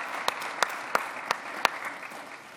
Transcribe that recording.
כפיים)